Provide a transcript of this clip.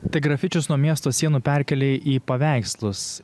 tai grafičius nuo miesto sienų perkėlei į paveikslus